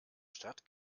stadt